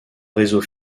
réseaux